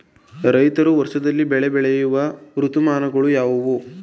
ರೈತರು ವರ್ಷದಲ್ಲಿ ಬೆಳೆ ಬೆಳೆಯುವ ಋತುಮಾನಗಳು ಯಾವುವು?